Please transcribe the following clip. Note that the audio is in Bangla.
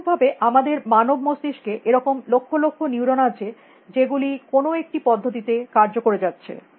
অনুরূপভাবে আমাদের মানব মস্তিস্কে এরকম লক্ষ লক্ষ নিউরন আছে যেগুলি কোনো একটি পদ্ধতিতে কার্য করে যাচ্ছে